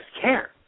care